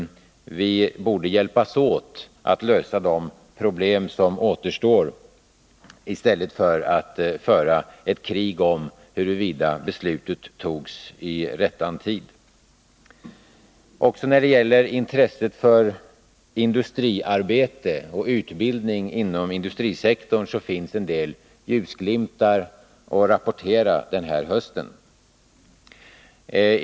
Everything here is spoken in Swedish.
Vi borde hjälpas åt att lösa de problem som återstår i stället för att föra ett krig om huruvida beslutet fattades i rättan tid eller inte. Också när det gäller intresset för industriarbete och utbildning inom industrisektorn finns det en del ljusglimtar att rapportera den här hösten.